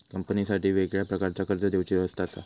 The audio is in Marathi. कंपनीसाठी वेगळ्या प्रकारचा कर्ज देवची व्यवस्था असा